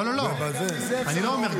האופציה ------ לא, אני לא אומר.